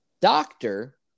doctor